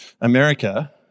America